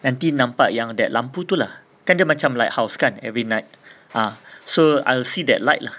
nanti nampak yang that lampu tu lah kan dia macam lighthouse kan every night ah ah so I'll see that light lah